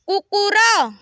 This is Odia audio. କୁକୁର